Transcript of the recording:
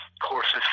courses